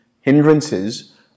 hindrances